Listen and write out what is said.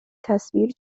تصویر